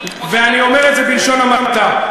ואני אומר את זה בלשון המעטה.